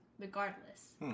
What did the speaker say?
Regardless